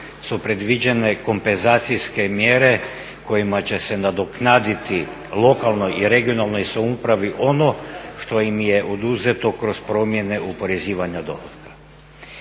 su predviđene kompenzacijske mjere kojima će se nadoknaditi lokalnoj i regionalnoj samoupravi ono što im je oduzeto kroz promjene oporezivanja dohotka.